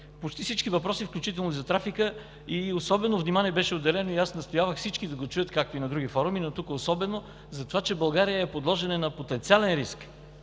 Почти всички въпроси, включително и за трафика, а особено внимание беше отделено и аз настоявах всички да го чуят, като и на други форуми, но тук особено, затова, че България е подложена на потенциален риск.